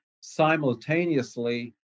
simultaneously